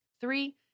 Three